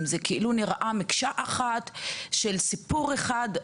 זה כאילו נראה מקשה אחת של סיפור אחד,